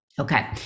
Okay